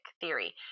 theory